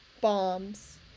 bombs